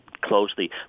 Closely